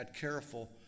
careful